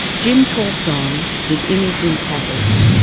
jim talked on, his image in tatters,